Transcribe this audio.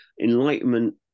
enlightenment